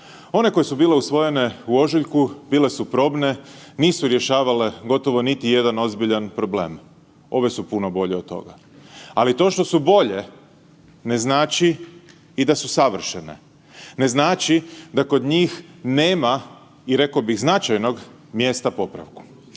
One koje su bile usvojene u ožujku bile su probne, nisu rješavale gotovo niti jedan ozbiljan problem. Ove su puno bolje od toga. Ali to što su bolje ne znači i da su savršene, ne znači da kod njih nema i rekao bih značajnog mjesta popravku.